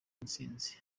ntsinzi